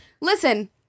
Listen